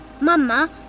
Mama